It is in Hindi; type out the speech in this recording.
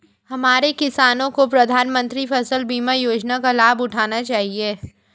हमारे किसानों को प्रधानमंत्री फसल बीमा योजना का लाभ उठाना चाहिए